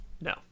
No